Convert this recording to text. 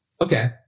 okay